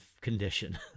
condition